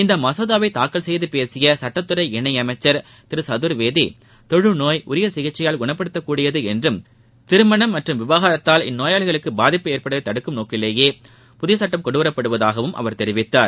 இந்த மசோதாவை தாக்கல் செய்து பேசிய சட்டத்துறை இணையமைச்சர் திரு சதர்வேதி தொழுநோய் உரிய சிகிச்சையால் குணப்படுத்தக் கூடியது என்றும் திருமணம் மற்றம் விவாகரத்தால் இந்நோயாளிகளுக்கு பாதிப்பு ஏற்படுவதை தடுக்கும் நோக்கிலேயே புதிய சுட்டம் கொண்டுவரப்படுவதாகவும் தெரிவித்தார்